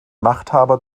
machthaber